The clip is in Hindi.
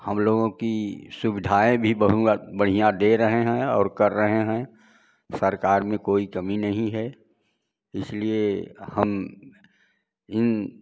हम लोगों की सुविधाएँ भी बहुत बढ़ियाँ दे रहे हैं और कर रहे हैं सरकार में कोई कमी नहीं है इसलिए हम इन